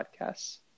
podcasts